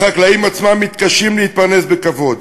והחקלאים עצמם מתקשים להתפרנס בכבוד.